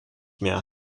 mehr